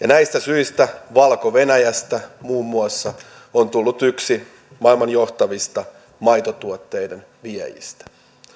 näistä syistä valko venäjästä muun muassa on tullut yksi maailman johtavista maitotuotteiden viejistä